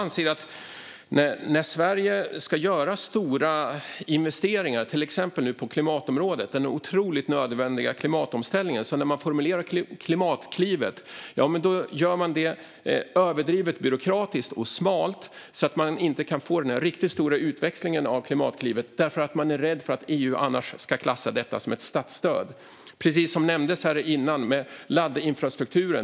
När Sverige ska göra stora investeringar, till exempel nu på klimatområdet med den otroligt nödvändiga klimatomställningen, och formulerar Klimatklivet anser jag att man gör det överdrivet byråkratiskt och smalt eftersom man är rädd för att EU annars ska klassa detta som ett statsstöd. Därför får man inte heller den riktigt stora utväxlingen av Klimatklivet. Det är precis som med laddinfrastrukturen, som nämndes här tidigare.